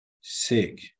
sick